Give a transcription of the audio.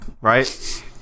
right